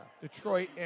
Detroit